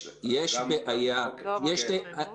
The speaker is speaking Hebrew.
אוקיי.